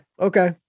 okay